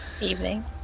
Evening